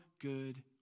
good